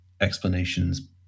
explanations